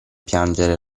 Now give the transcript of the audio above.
piangere